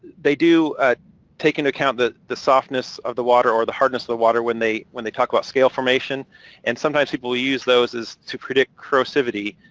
they do ah take into account the the softness of the water or the hardness of the water when they when they talk about scale formation and sometimes people use those to predict corrosivity.